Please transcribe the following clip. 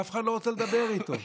ואף אחד לא רוצה לדבר איתו.